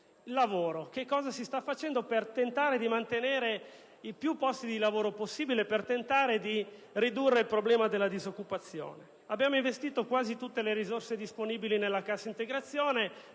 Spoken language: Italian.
lavoro: cosa si sta facendo per tentare di mantenere più posti di lavoro possibile e di ridurre il problema della disoccupazione? Abbiamo investito quasi tutte le risorse disponibili nella cassa integrazione,